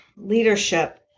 leadership